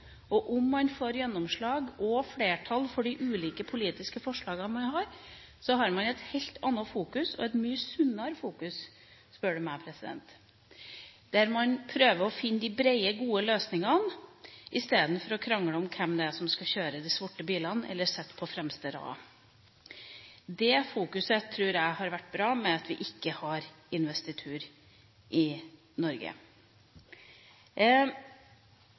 og om man får gjennomslag og flertall for de ulike politiske forslagene man har, har man et helt annet og mye sunnere fokus, spør du meg, der man prøver å finne de brede, gode løsningene i stedet for å krangle om hvem som skal kjøre de sorte bilene eller sitte på fremste raden. Det fokuset tror jeg har vært bra: at vi ikke har investitur i Norge.